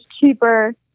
cheaper